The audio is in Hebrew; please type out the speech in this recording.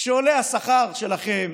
כשעולה השכר שלכם,